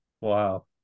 wow